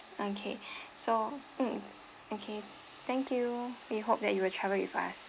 okay so mm okay thank you we hope that you will travel with us